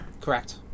correct